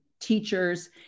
teachers